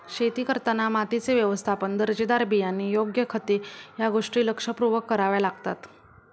शेती करताना मातीचे व्यवस्थापन, दर्जेदार बियाणे, योग्य खते या गोष्टी लक्षपूर्वक कराव्या लागतात